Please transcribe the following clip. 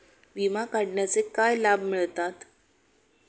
विमा काढण्याचे काय लाभ मिळतात?